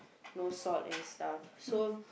no salt and stuff